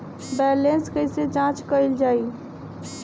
Balance कइसे जांच कइल जाइ?